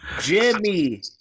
Jimmy